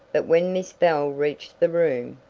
but when miss bell reached the room